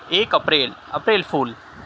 ایک April April فول